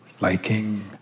Liking